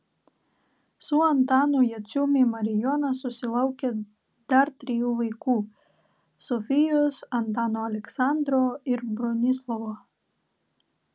su antanu juciumi marijona susilaukė dar trijų vaikų sofijos antano aleksandro ir bronislovo